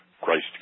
Christ